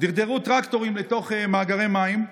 דרדרו טרקטורים לתוך מאגרי מים,